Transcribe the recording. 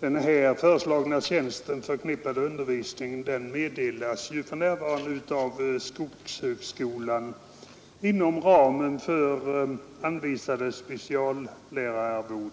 med den föreslagna tjänsten för närvarande meddelas av skogshögskolan inom ramen för anvisade speciallärararvoden.